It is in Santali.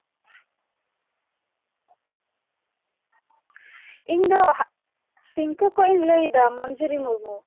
ᱤᱧᱫᱚ ᱥᱤᱝᱠᱟᱹ ᱠᱷᱚᱱᱤᱧ ᱞᱟᱹᱭᱮᱫᱟ ᱢᱚᱧᱡᱩᱨᱤ ᱢᱩᱨᱢᱩ